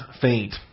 faint